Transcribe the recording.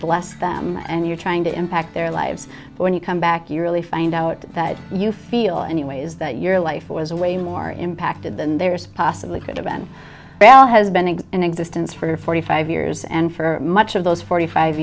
bless them and you're trying to impact their lives when you come back you really find out that you feel anyways that your life was way more impacted than there's possibly could have been well has been a in existence for forty five years and for much of those forty five